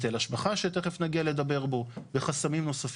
היטל השבחה שתכף נגיע לדבר בו וחסמים נוספים.